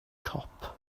cop